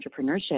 entrepreneurship